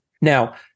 Now